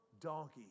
donkey